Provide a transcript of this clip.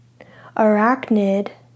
Arachnid